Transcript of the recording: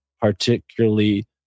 particularly